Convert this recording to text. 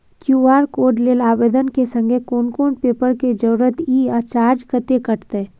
QR code लेल आवेदन के संग कोन कोन पेपर के जरूरत इ आ चार्ज कत्ते कटते?